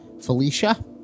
Felicia